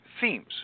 themes